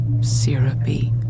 syrupy